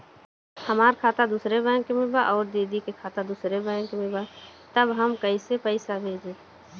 हमार खाता दूसरे बैंक में बा अउर दीदी का खाता दूसरे बैंक में बा तब हम कैसे पैसा भेजी?